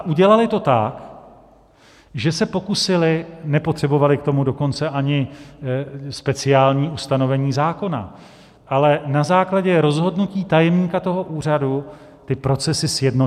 Udělaly to tak, že se pokusily nepotřebovaly k tomu dokonce ani speciální ustanovení zákona, ale na základě rozhodnutí tajemníka toho úřadu procesy sjednotily.